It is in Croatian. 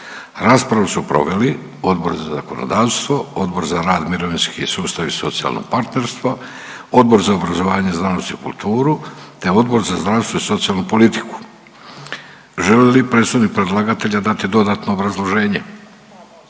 Raspravu su proveli Odbor za zakonodavstvo, Odbor za rad, mirovinski sustav i socijalno partnerstvo, Odbor za obrazovanje, znanost i kulturu, te Odbor za zdravstvo i socijalnu politiku. Želi li predstavnik predlagatelja dati dodatno obrazloženje?